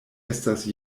estas